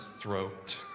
throat